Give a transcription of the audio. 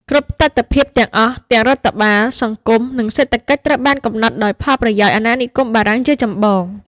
គ្រប់ទិដ្ឋភាពទាំងអស់ ទាំងរដ្ឋបាល សង្គម និងសេដ្ឋកិច្ចត្រូវបានកំណត់ដោយផលប្រយោជន៍អាណានិគមបារាំងជាចម្បង។